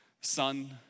Son